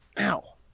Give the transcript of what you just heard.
Ow